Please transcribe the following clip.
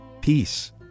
peace